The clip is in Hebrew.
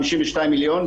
52 מיליון,